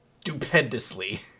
stupendously